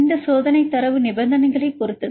இந்த சோதனை தரவு நிபந்தனைகளைப் பொறுத்தது